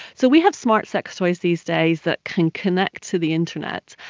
so we have smart sex toys these days that can connects to the internet,